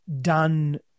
done